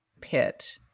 pit